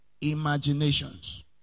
Imaginations